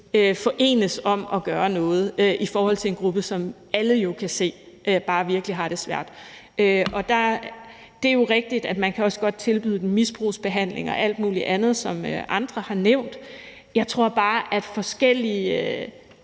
enes om at gøre noget i forhold til en gruppe, som alle jo kan se virkelig har det svært. Det er jo rigtigt, at man også godt kan tilbyde dem misbrugsbehandling og alt muligt andet, som andre har nævnt, men jeg tror bare, at forskellige